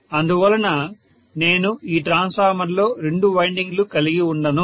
అందువలన నేను ఈ ట్రాన్స్ఫార్మర్లో రెండు వైన్డింగ్ లు కలిగి ఉండను